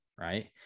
right